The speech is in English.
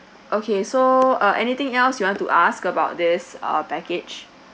okay so uh anything else you want to ask about this uh package